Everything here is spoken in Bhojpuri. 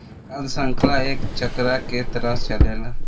खाद्य शृंखला एक चक्र के तरह चलेला